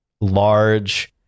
large